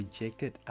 rejected